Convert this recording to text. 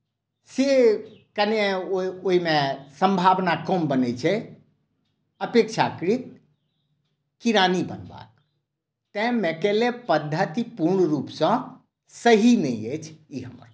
से कनिए ओहिमे सम्भावना कम बनैत छै अपेक्षाकृत किरानी बनबाक तेँ मैकेले पद्धति पूर्ण रूपसँ सही नहि अछि ई हमर कहब अछि